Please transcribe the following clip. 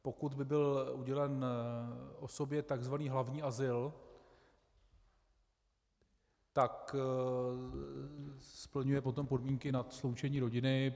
Pokud by byl udělen osobě tzv. hlavní azyl, tak splňuje potom podmínky na sloučení rodiny.